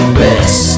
best